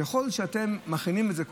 ככל שאתם מכינים את זה קודם,